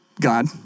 God